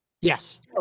yes